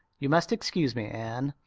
you must excuse me, anne.